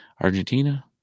Argentina